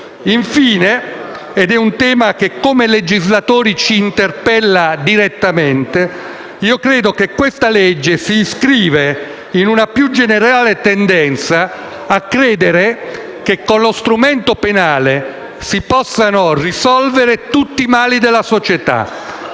Infine - ed è un tema che come legislatori ci interpella direttamente - credo che il disegno di legge in esame si inscriva in una più generale tendenza a credere che con lo strumento penale si possano risolvere tutti i mali della società.